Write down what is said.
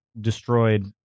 destroyed